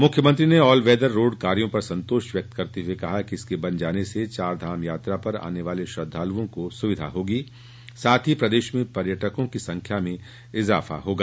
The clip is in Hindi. मुख्यमंत्री ने ऑल वेदर रोड़ कार्यो पर संतोष व्यक्त करते हुए कहा कि इसके बन जाने से चारधाम यात्रा पर आने वाले श्रद्वालुओं को सुविधा मिलेगी साथ ही प्रदेश में पर्यटकों की संख्या में भी इजाफा होगा